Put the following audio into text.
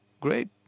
Great